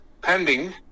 pending